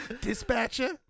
dispatcher